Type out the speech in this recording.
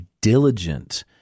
Diligent